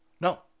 No